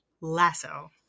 Lasso